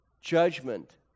judgment